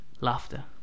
Laughter